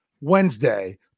Wednesday